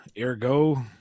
ergo